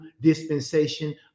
dispensation